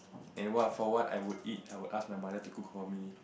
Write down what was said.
and what for what I would eat I would ask my mother to cook for me